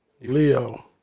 Leo